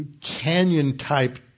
canyon-type